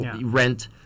Rent